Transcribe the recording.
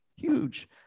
huge